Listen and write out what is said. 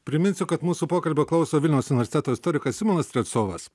priminsiu kad mūsų pokalbio klauso vilniaus universiteto istorikas simonas strelcovas